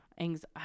anxiety